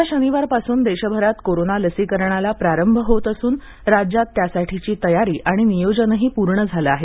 येत्या शनिवारपासून देशभरात कोरोना लसीकरणाला प्रारंभ होत असून राज्यात त्यासाठीची तयारी आणि नियोजनही पूर्ण झालं आहे